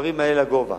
בכפרים האלה לגובה.